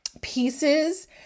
pieces